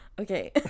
Okay